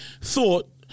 thought